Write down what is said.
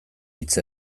hitz